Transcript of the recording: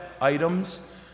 items